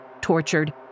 tortured